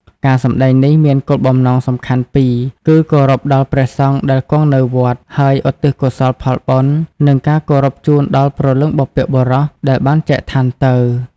ការសម្តែងនេះមានគោលបំណងសំខាន់ពីរគឺ គោរពដល់ព្រះសង្ឃដែលគង់នៅវត្ត ហើយឧទ្ទិសកុសលផលបុណ្យ និងការគោរពជូនដល់ ព្រលឹងបុព្វបុរស ដែលបានចែកឋានទៅ។